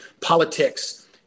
politics